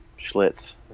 Schlitz